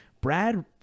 Brad